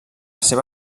seva